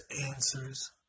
answers